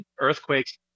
earthquakes